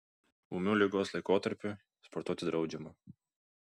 ūmiu ligos laikotarpiui sportuoti draudžiama